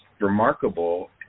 remarkable